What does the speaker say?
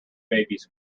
babies